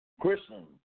Christian